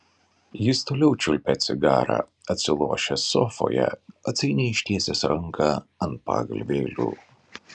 jis toliau čiulpė cigarą atsilošęs sofoje atsainiai ištiesęs ranką ant pagalvėlių